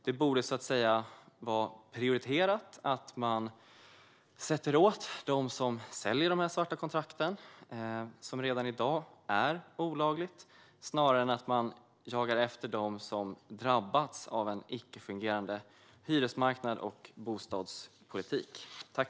Det borde så att säga vara prioriterat att sätta åt dem som säljer de svarta kontrakten, vilket redan i dag är olagligt, snarare än att jaga efter dem som drabbats av en icke fungerande hyresmarknad och bostadspolitik.